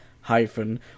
hyphen